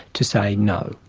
to say, no.